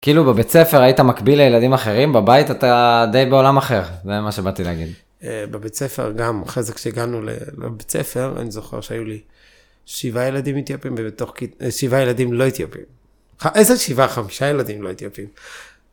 כאילו בבית ספר היית מקביל לילדים אחרים, בבית אתה די בעולם אחר, זה מה שבאתי להגיד. בבית ספר גם, אחרי זה כשגענו לבית ספר, אני זוכר שהיו לי שבעה ילדים אתיופים, ובתוך שבעה ילדים לא אתיופים. איזה שבעה, חמישה ילדים לא אתיופים.